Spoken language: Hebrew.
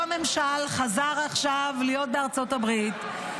אותו ממשל חזר עכשיו להיות בארצות הברית.